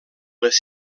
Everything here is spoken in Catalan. les